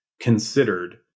considered